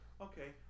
okay